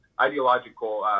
ideological